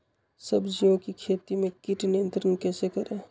सब्जियों की खेती में कीट नियंत्रण कैसे करें?